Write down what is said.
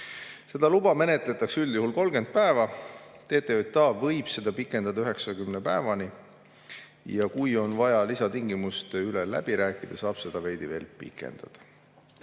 Seda luba menetletakse üldjuhul 30 päeva, TTJA võib seda pikendada 90 päevani ja kui on vaja lisatingimuste üle läbi rääkida, saab seda veel veidi pikendada.